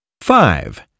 five